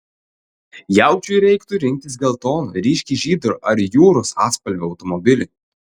jaučiui reiktų rinktis geltono ryškiai žydro ar jūros atspalvio automobilį